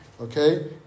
okay